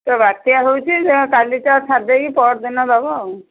ତ ବାତ୍ୟା ହେଉଛି କାଲିଟା ଛାଡ଼ିଦେଇକି ପହର ଦିନ ଦେବ ଆଉ